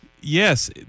Yes